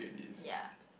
ya